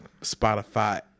Spotify